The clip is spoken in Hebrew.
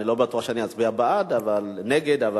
אני לא בטוח שאני אצביע נגד, אבל